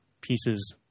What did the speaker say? pieces